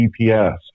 GPS